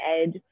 edge